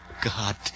God